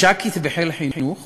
משק”ית בחיל חינוך